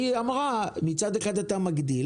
היא אמרה: מצד אחד אתה מגדיל,